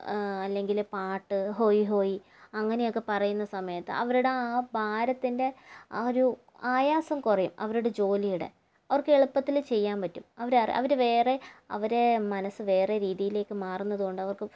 അല്ലെങ്കിൽ പാട്ട് ഹോയ് ഹോയ് അങ്ങനെയൊക്കെ പറയുന്ന സമയത്ത് അവരുടെ ആ ഭാരത്തിൻ്റെ ആ ഒരു ആയാസം കുറയും അവരുടെ ജോലിയുടെ അവർക്ക് എളുപ്പത്തില് ചെയ്യാൻ പറ്റും അവര് അവര് വേറെ അവരെ മനസ്സ് വേറെ രീതിയിലേക്കു മാറുന്നതുകൊണ്ട് അവർക്ക്